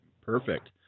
Perfect